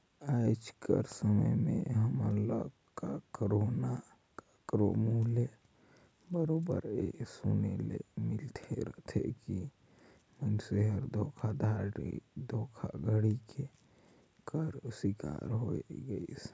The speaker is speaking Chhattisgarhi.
आएज कर समे में हमन ल काकरो ना काकरो मुंह ले बरोबेर ए सुने ले मिलते रहथे कि मइनसे हर धोखाघड़ी कर सिकार होए गइस